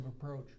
approach